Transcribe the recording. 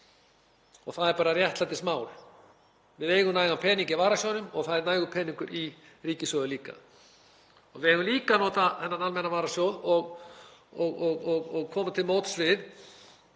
Það er bara réttlætismál. Við eigum næga peninga í varasjóðinum og það er nægur peningur í ríkissjóði líka. Við eigum líka að nota þennan almenna varasjóð til að koma til móts við